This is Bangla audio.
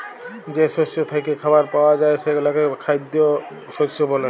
যে শস্য থ্যাইকে খাবার পাউয়া যায় সেগলাকে খাইদ্য শস্য ব্যলে